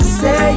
say